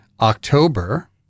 October